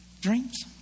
dreams